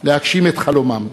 להגשים את חלומם.